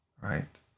right